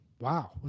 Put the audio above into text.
Wow